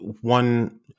one